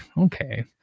okay